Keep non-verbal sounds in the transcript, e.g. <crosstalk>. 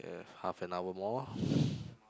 have half an hour more <breath>